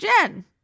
jen